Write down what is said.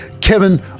Kevin